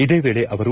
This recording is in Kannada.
ಇದೇ ವೇಳೆ ಅವರು